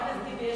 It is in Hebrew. אחמד טיבי,